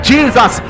Jesus